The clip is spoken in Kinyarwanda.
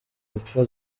impfu